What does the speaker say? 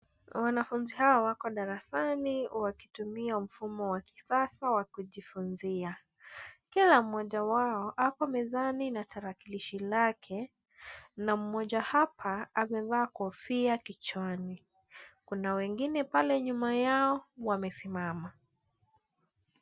Wanafunzi hawa wako darasani wakitumia mfumo wa kisasa wa kujifunzia. Kila mmoja wao ako mezani na tarakilishi lake, na mmoja hapa amevaa kofia kichwani. Kuna wengine pale nyuma yao wamesimama.